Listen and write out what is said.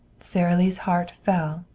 sara lee's heart fell,